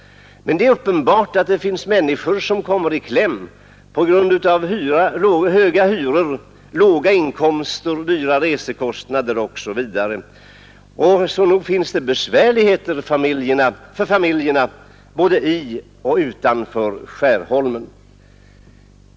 Men det är uppenbart att människor kommer i kläm på grund av höga hyror, låga inkomster, stora resekostnader osv., så nog finns det besvärligheter för familjer både i och utanför Skärholmen.